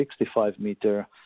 65-meter